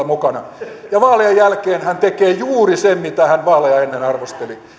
mukana ja vaalien jälkeen hän tekee juuri sen mitä hän vaaleja ennen arvosteli